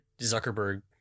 Zuckerberg